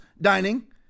dining